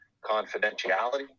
confidentiality